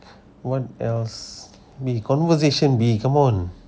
what else B conversation B come on